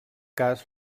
cas